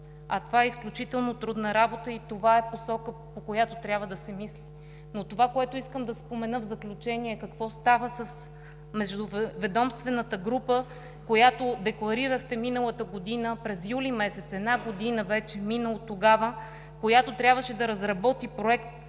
а това е изключително трудна работа. Това е посока, по която трябва да се мисли. Това, което искам да спомена в заключение, е какво става с междуведомствената група, която декларирахте през месец юли миналата година – една година вече мина оттогава, и която трябваше да разработи проект